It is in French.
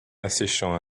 asséchant